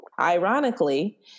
ironically